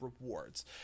rewards